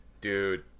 Dude